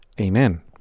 Amen